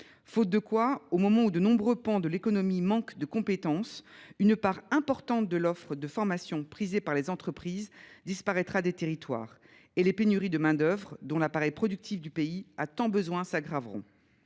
faute de quoi, au moment où de nombreux pans de l’économie manquent de compétences, une part importante de l’offre de formation prisée par les entreprises disparaîtra des territoires, et les pénuries de main d’œuvre, dont l’appareil productif du pays a tant besoin, s’aggraveront.